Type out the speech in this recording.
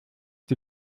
die